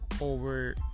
over